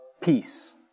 Peace